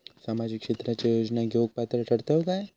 सामाजिक क्षेत्राच्या योजना घेवुक पात्र ठरतव काय?